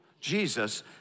Jesus